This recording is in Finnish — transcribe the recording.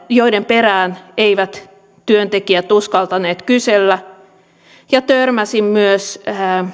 joiden perään eivät työntekijät uskaltaneet kysellä ja törmäsin myös